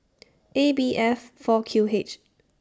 A B F four Q H